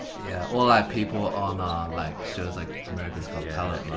yeah, or like people on like, shows like america's got talent. yeah,